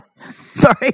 Sorry